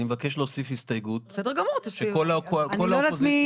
אני מבקש להוסיף הסתייגות שכל האופוזיציה